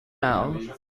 now